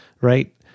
right